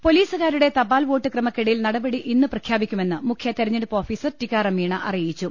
പൊലീസുകാരുടെ തപാൽ വോട്ട് ക്രമക്കേടിൽ നടപടി ഇന്ന് പ്രഖ്യാപിക്കുമെന്ന് മുഖ്യതെരഞ്ഞെടുപ്പ് ഓഫീസർ ടിക്കാറാം മീണ അറിയിച്ചു